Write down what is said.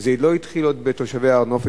זה לא התחיל בתושבי הר-נוף,